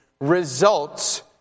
results